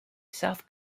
south